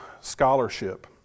scholarship